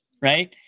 Right